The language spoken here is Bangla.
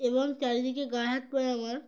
এবং চারিদিকে গায়ে হাত পয়ে আমার